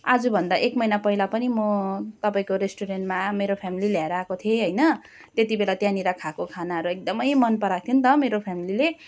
आज भन्दा एक महिना पहिला पनि म तपाईँको रेस्टुरेन्टमा मेरो फ्याम्ली ल्याएर आएको थिएँ होइन त्यति बेला त्यहाँनिर खाएको खानाहरू एकदमै मन पराएको थियो त मेरो फ्याम्लीले